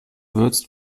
würzt